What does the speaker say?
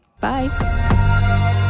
Bye